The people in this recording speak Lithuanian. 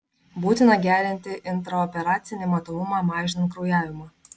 būtina gerinti intraoperacinį matomumą mažinant kraujavimą